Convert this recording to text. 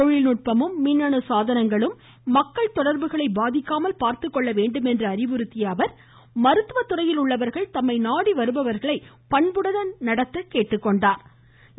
தொழில்நுட்பமும் மின்னணு சாதனங்களும் மக்கள் தொடர்புகளை பாதிக்காமல் பார்த்துக்கொள்ள வேண்டும் என்று அறிவுறுத்திய அவர் மருத்துவ துறையில் உள்ளவர்கள் தம்மை நாடி வருபவர்களை பண்புடன் நடத்த கேட்டுக்கொண்டார்